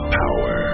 power